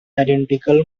identical